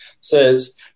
says